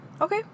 okay